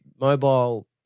mobile